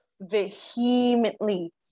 vehemently